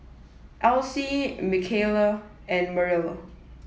Alcee Michaele and Marilla